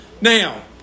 Now